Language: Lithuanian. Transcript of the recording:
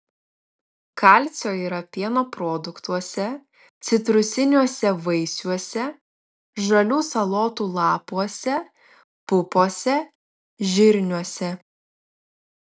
kalcio yra pieno produktuose citrusiniuose vaisiuose žalių salotų lapuose pupose žirniuose